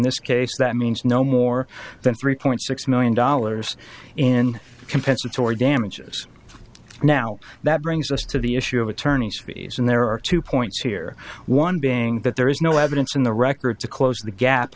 this case that means no more than three point six million dollars in compensatory damages now that brings us to the issue of attorney's fees and there are two points here one being that there is no evidence in the record to close the gap